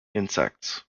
insects